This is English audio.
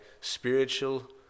spiritual